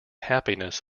happiness